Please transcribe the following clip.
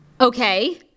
Okay